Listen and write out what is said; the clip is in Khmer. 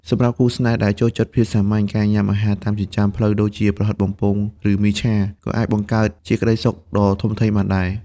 សម្រាប់គូស្នេហ៍ដែលចូលចិត្តភាពសាមញ្ញ ការញ៉ាំអាហារតាមចិញ្ចើមផ្លូវដូចជា ប្រហិតបំពង ឬមីឆា ក៏អាចបង្កើតជាក្ដីសុខដ៏ធំធេងបានដែរ។